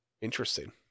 Interesting